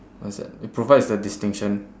what's that it provides the distinction